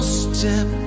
step